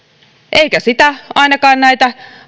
eikä ainakaan näitä